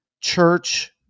Church